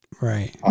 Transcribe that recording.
right